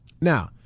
Now